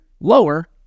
lower